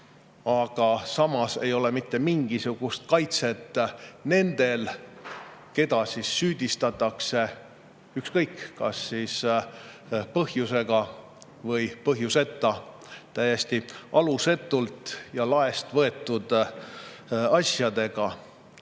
Samas ei ole mitte mingisugust kaitset nendel, keda süüdistatakse, ükskõik, kas põhjusega või põhjuseta, täiesti alusetult ja laest võetud asjades.